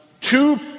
Two